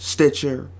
Stitcher